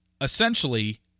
essentially